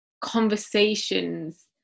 conversations